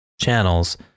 channels